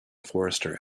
forester